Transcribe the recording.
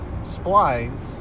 splines